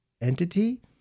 entity